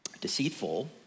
deceitful